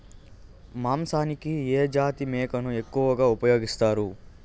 మాంసానికి ఏ జాతి మేకను ఎక్కువగా ఉపయోగిస్తారు?